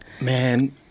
man